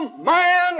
man